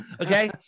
Okay